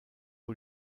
die